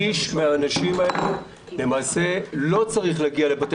1/3 מהאנשים האלה למעשה לא צריך להגיע לבתי